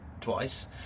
twice